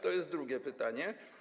To jest drugie pytanie.